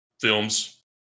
films